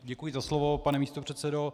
Děkuji za slovo, pane místopředsedo.